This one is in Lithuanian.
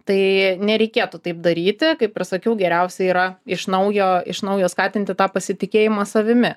tai nereikėtų taip daryti kaip ir sakiau geriausia yra iš naujo iš naujo skatinti tą pasitikėjimą savimi